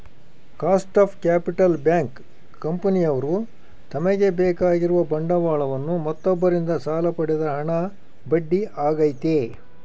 cost of capital bank, ಕಂಪನಿಯವ್ರು ತಮಗೆ ಬೇಕಾಗಿರುವ ಬಂಡವಾಳವನ್ನು ಮತ್ತೊಬ್ಬರಿಂದ ಸಾಲ ಪಡೆದ ಹಣ ಬಡ್ಡಿ ಆಗೈತೆ